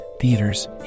theaters